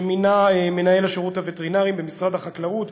שמינה מנהל השירותים הווטרינריים במשרד החקלאות,